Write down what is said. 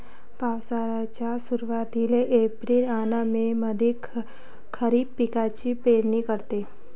पावसाळ्याच्या सुरुवातीले एप्रिल अन मे मंधी खरीप पिकाची पेरनी करते